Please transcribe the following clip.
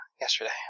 yesterday